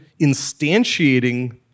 instantiating